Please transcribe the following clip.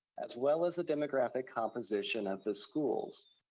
as well as the demographic composition of the schools.